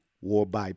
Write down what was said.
Warby